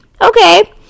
Okay